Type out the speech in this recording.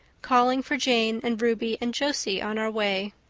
calling for jane and ruby and josie on our way.